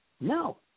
No